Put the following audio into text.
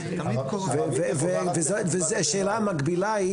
השאלה המקבילה: